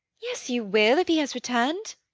yes, you will, if he has returned.